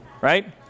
right